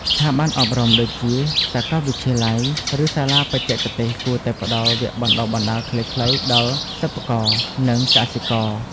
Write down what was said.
ស្ថាប័នអប់រំដូចជាសាកលវិទ្យាល័យ ឬសាលាបច្ចេកទេសគួរតែផ្តល់វគ្គបណ្តុះបណ្តាលខ្លីៗដល់សិប្បករនិងកសិករ។